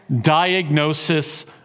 diagnosis